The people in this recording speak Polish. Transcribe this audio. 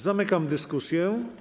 Zamykam dyskusję.